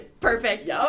perfect